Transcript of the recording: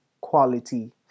quality